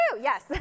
yes